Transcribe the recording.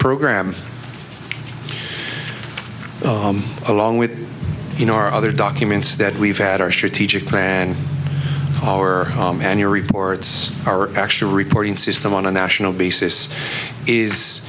program along with you know our other documents that we've had our strategic plan our and your reports are actually reporting system on a national basis is